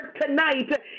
tonight